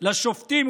"לשופטים,